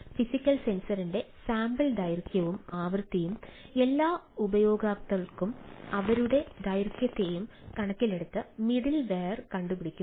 physical സെൻസറിന്റെ sample ദൈർഘ്യവും ആവൃത്തിയും എല്ലാ ഉപയോക്താക്കളെയും അവയുടെ ദൈർഘ്യത്തെയും കണക്കിലെടുത്ത് മിഡിൽവെയർ കണ്ടുപിടിക്കുന്നു